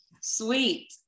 Sweet